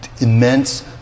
immense